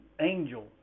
angel